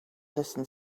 listen